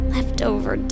Leftover